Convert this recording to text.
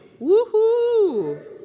Woohoo